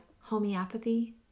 homeopathy